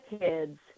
kids